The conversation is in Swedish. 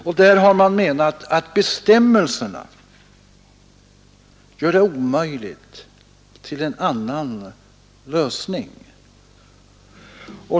Man har menat att bestämmelserna gör det omöjligt att åstadkomma en annan lösning.